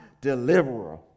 deliverer